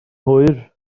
hwyr